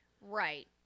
Right